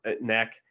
neck